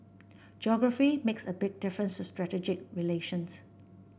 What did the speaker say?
geography makes a big difference to strategic relations